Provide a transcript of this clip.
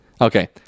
Okay